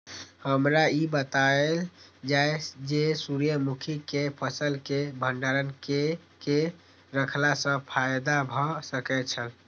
हमरा ई बतायल जाए जे सूर्य मुखी केय फसल केय भंडारण केय के रखला सं फायदा भ सकेय छल?